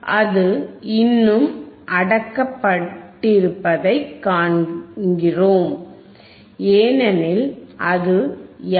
அது இன்னும் அடக்கப்பட்டிருப்பதை காண்கிறோம் ஏனெனில் அது எஃப்